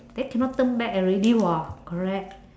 then cannot turn back already [what] correct